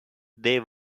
they